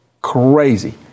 crazy